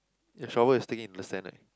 your shovel is digging into the sand eh